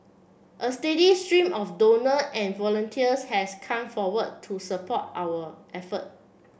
a steady stream of donor and volunteers has come forward to support our effort